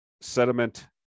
sediment